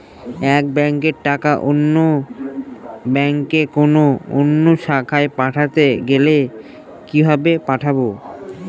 এক ব্যাংকের টাকা অন্য ব্যাংকের কোন অন্য শাখায় পাঠাতে গেলে কিভাবে পাঠাবো?